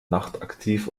nachtaktiv